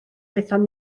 aethon